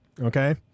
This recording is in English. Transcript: Okay